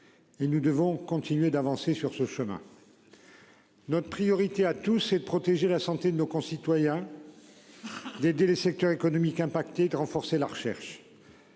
Et nous devons continuer d'avancer sur ce chemin.-- Notre priorité à tous c'est de protéger la santé de nos concitoyens. Des des les secteurs économiques impactés de renforcer la recherche.